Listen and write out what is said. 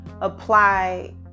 apply